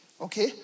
okay